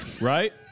Right